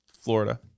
Florida